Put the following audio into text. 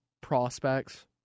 prospects